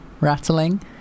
rattling